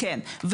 כן,